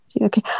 Okay